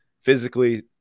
physically